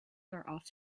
animals